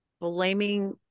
blaming